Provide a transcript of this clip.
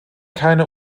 keine